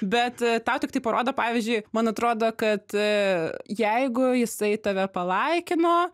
bet tau tik tai parodo pavyzdžiui man atrodo kad jeigu jisai tave palaikino